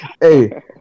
Hey